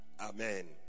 Amen